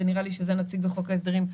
ונראה לי שזה נוציא בחוק ההסדרים,